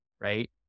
right